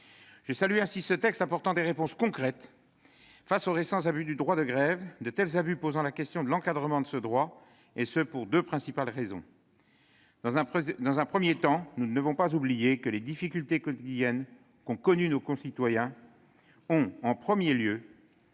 Je salue ainsi ce texte, qui apporte des réponses concrètes face aux récents abus du droit de grève, de tels abus posant la question de l'encadrement de ce droit, et ce pour deux principales raisons. Dans un premier temps, nous ne devons pas oublier que les difficultés quotidiennes qu'ont connues nos concitoyens ont tout